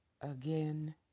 again